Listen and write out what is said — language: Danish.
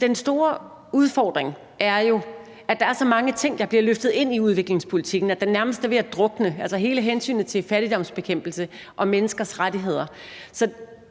Den store udfordring er jo, at der er så mange ting, der bliver løftet ind i udviklingspolitikken, at den nærmest er ved at drukne. Altså, der er hele hensynet til fattigdomsbekæmpelse og menneskers rettigheder. Så